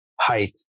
height